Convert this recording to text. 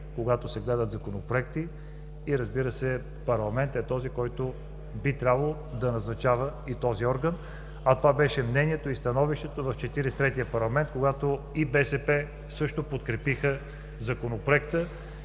когато се гледат законопроекти. Разбира се, парламентът е този, който би трябвало да назначава и този орган, а това беше мнението и становището в Четиридесет и третия парламент, когато и БСП също подкрепиха Законопроекта